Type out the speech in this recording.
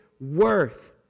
worth